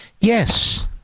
Yes